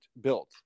built